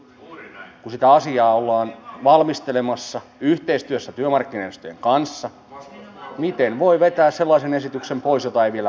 kun sitä asiaa ollaan valmistelemassa yhteistyössä työmarkkinajärjestöjen kanssa miten voi vetää sellaisen esityksen pois jota ei vielä ole